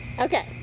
Okay